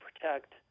protect